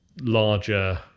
larger